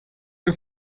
you